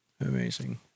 Amazing